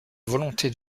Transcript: volonté